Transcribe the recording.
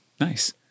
Nice